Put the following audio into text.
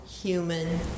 Human